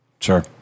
Sure